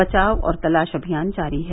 बचाव और तलाश अभियान जारी है